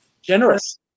generous